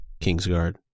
Kingsguard